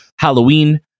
halloween